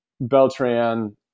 Beltran